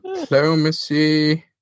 Diplomacy